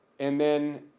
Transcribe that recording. and then,